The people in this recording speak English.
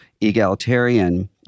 egalitarian